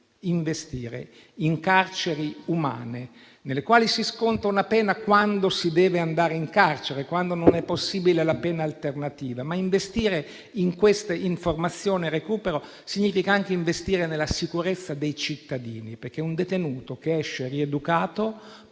investire in carceri umane, nelle quali si sconta una pena quando si deve andare in carcere, quando non è possibile la pena alternativa; tuttavia, investire in formazione e recupero significa anche investire nella sicurezza dei cittadini, perché un detenuto che esce rieducato